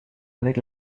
avec